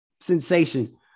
sensation